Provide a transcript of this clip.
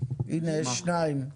הנה יש שניים.